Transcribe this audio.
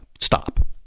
stop